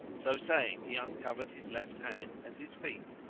so saying he uncovered his left hand and his feet,